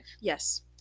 yes